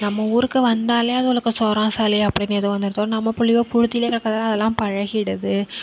நம்ம ஊருக்கு வந்தாலே அதுவோலுக்கு ஜொரம் சளி அப்படீன்னு ஏதோ வந்துடுதுவோ நம்ம பிள்ளைவோ புழுதியில இருக்கிறதால அதெல்லாம் பழகிடுது